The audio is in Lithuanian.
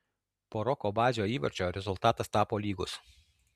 po roko bazio įvarčio rezultatas tapo lygus